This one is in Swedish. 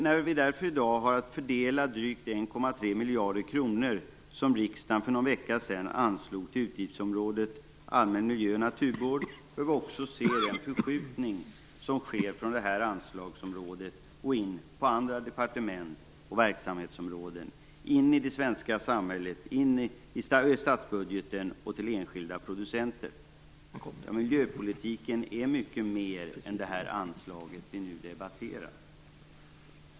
När vi i dag har att fördela drygt 1,3 miljarder kronor som riksdagen för någon vecka sedan anslog till utgiftsområdet allmän miljö och naturvård bör vi också se den förskjutning som sker från detta anslagsområde och in på andra departement och verksamhetsområden in i det svenska samhället, in i statsbudgeten och till enskilda producenter. Miljöpolitiken är mycket mer än det anslag vi nu debatterar.